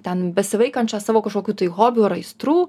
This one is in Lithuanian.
ten besivaikančią savo kažkokių tai hobių ar aistrų